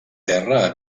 terra